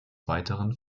weiteren